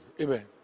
Amen